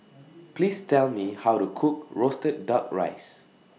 Please Tell Me How to Cook Roasted Duck Rice